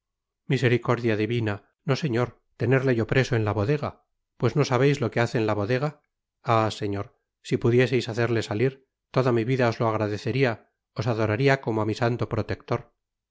misericordia divina no señor tenerle yo preso en la bodega pues no sabeis lo que hace en la bodega ah señor si pudieseis hacerle salir toda mi vida os lo agradecería os adorarla como á mi santo protector